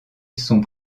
sont